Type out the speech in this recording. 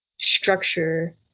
structure